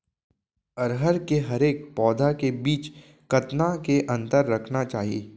अरहर के हरेक पौधा के बीच कतना के अंतर रखना चाही?